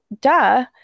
Duh